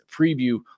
preview